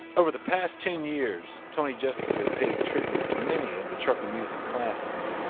over the past ten years, tony justice has paid tribute to many of the trucking-music classics,